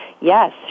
yes